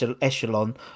echelon